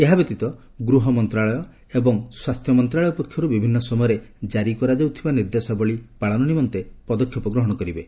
ଏହା ବ୍ୟତୀତ ଗୃହ ମନ୍ତ୍ରଣାଳୟ ଏବଂ ସ୍ୱାସ୍ଥ୍ୟ ମନ୍ତ୍ରଣାଳୟ ପକ୍ଷରୁ ବିଭିନ୍ନ ସମୟରେ ଜାରି କରାଯାଉଥିବା ନିର୍ଦ୍ଦେଶାବଳୀ ପାଳନ ନିମନ୍ତେ ପଦକ୍ଷେପ ଗ୍ରହଣ କରିବେ